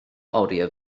oriau